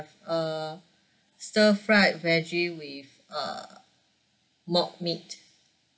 uh stir fried veggie with uh mock meat